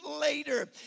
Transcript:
later